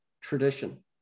tradition